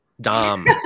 Dom